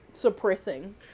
Suppressing